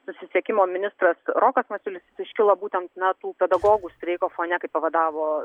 susisiekimo ministras rokas masiulis jis iškilo būtent na tų pedagogų streiko fone pavadavo